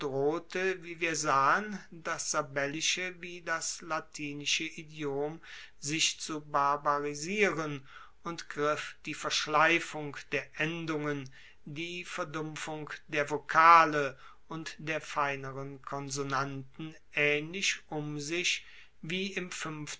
drohte wie wir sahen das sabellische wie das latinische idiom sich zu barbarisieren und griff die verschleifung der endungen die verdumpfung der vokale und der feineren konsonanten aehnlich um sich wie